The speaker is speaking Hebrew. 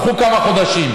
הלכו כמה חודשים.